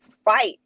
fight